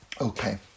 Okay